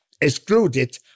excluded